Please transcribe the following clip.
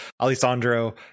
alessandro